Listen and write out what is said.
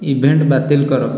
event ବାତିଲ୍ କର